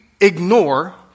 Ignore